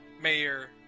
Mayor